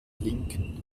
linken